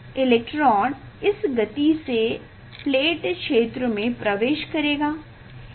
तो इलेक्ट्रॉन इस गति से प्लेट क्षेत्र में प्रवेश करेगा